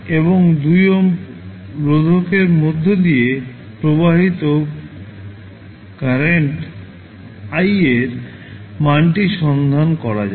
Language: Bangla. এবং 2 ওহম রোধকের মধ্য দিয়ে প্রবাহিত কারেন্ট i য়ের মানটি সন্ধান করা যাক